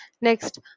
Next